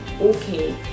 okay